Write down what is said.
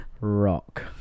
rock